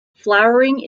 flowering